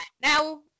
Now